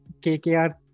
KKR